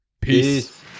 peace